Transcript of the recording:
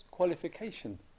qualification